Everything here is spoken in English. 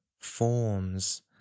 forms